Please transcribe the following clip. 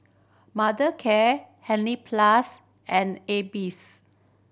Mothercare Hansaplast and AIBIs